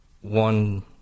One